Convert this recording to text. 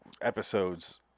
episodes